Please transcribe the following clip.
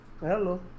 Hello